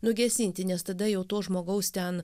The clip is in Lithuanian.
nugesinti nes tada jau to žmogaus ten